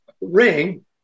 ring